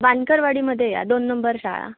बांदकरवाडीमध्ये या दोन नंबर शाळा